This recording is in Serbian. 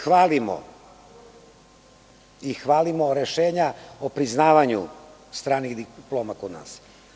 Hvalimo se i hvalimo rešenja o priznavanju stranih diploma kod nas.